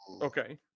Okay